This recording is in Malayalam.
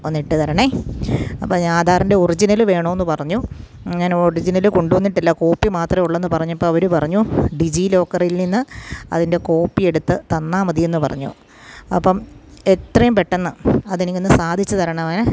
ഒന്നിട്ടു തരണേ അപ്പം ഞാൻ ആധാറിൻ്റെ ഒറിജിനൽ വേണമെന്നു പറഞ്ഞു ഞാൻ ഒറിജിനൽ കൊണ്ടു വന്നിട്ടില്ല കോപ്പി മാത്രമേ ഉള്ളെന്ന് പറഞ്ഞപ്പം അവർ പറഞ്ഞു ഡിജി ലോക്കറിൽ നിന്ന് അതിൻ്റെ കോപ്പി എടുത്തു തന്നാൽ മതിയെന്നു പറഞ്ഞു അപ്പം എത്രയും പെട്ടെന്ന് അതിനെ എനിക്കൊന്നു സാധിച്ചു തരണമെന്ന്